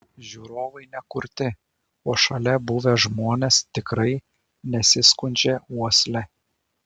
žiūrovai ne kurti o šalia buvę žmonės tikrai nesiskundžia uosle